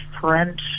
French